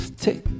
take